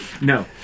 No